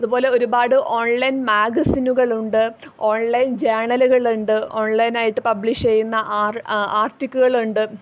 അതുപോലെ ഒരുപാട് ഓൺലൈൻ മാഗസിനുകളുണ്ട് ഓൺലൈൻ ജേർണലുകൾ ഉണ്ട് ഒൺലൈൻ ആയിട്ട് പബ്ലിഷ് ചെയ്യുന്ന ആർട്ടിക്കുകൾ ഉണ്ട്